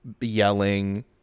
yelling